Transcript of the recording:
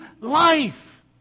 life